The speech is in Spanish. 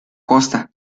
costa